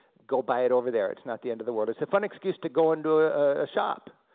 go buy it over there, it's not the end of the world, it's a fun excuse to go into ah a shop.